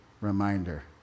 reminder